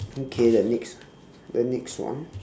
okay the next the next one